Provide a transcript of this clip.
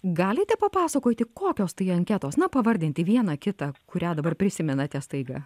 galite papasakoti kokios tai anketos na pavardinti vieną kitą kurią dabar prisimenate staiga